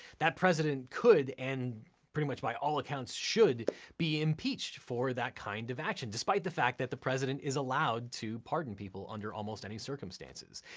that president could and pretty much by all accounts should be impeached for that kind of action, despite the fact that the president is allowed to pardon people under almost any circumstances,